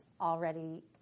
already